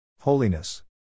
Holiness